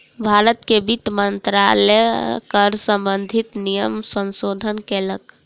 भारत के वित्त मंत्रालय कर सम्बंधित नियमक संशोधन केलक